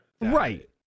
Right